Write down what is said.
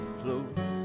close